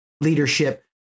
leadership